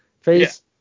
Face